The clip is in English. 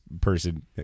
person